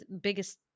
biggest